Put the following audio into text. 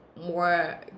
more